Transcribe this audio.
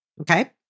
Okay